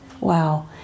Wow